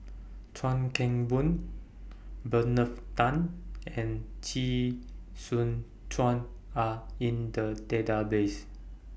Chuan Keng Boon Tan and Chee Soon Are in The Database